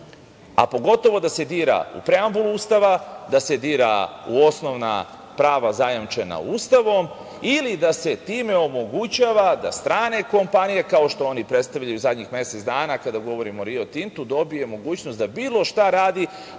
a pogotovo da se dira u preambulu Ustava, da se dira u osnovna prava zajamčena Ustavom ili da se time omogućava da strane kompanije, kao što oni predstavljaju zadnjih mesec dana kada govorimo o „Rio Tintu“, dobije mogućnost da bilo šta radi,